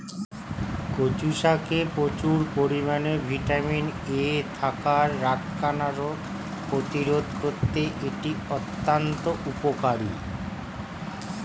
কচু শাকে প্রচুর পরিমাণে ভিটামিন এ থাকায় রাতকানা রোগ প্রতিরোধে করতে এটি অত্যন্ত উপকারী